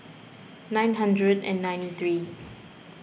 nine hundred and ninety three